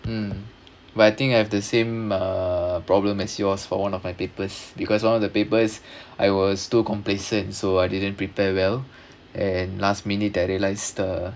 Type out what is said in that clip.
mm but I think I have the same uh problem as yours for one of my papers because one of the papers I was too complacent so I didn't prepare well and last minute I realised the